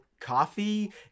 coffee